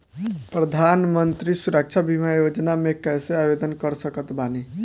प्रधानमंत्री सुरक्षा बीमा योजना मे कैसे आवेदन कर सकत बानी?